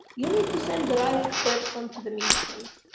you need to send the right person to the meeting.